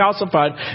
calcified